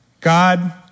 God